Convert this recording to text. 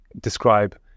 describe